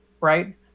right